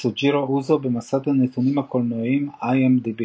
יסוג'ירו אוזו, במסד הנתונים הקולנועיים IMDb